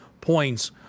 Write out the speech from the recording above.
points